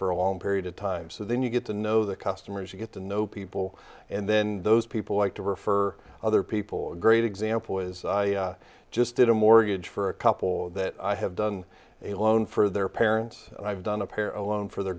for a long period of time so then you get to know the customers you get to know people and then those people like to refer other people a great example is i just did a mortgage for a couple that i have done a loan for their parents and i've done a para loan for their